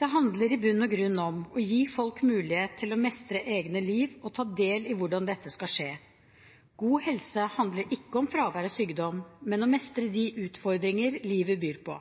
Det handler i bunn og grunn om å gi folk mulighet til å mestre egne liv og ta del i hvordan dette skal skje. God helse handler ikke om fravær av sykdom, men å mestre de utfordringer livet byr på.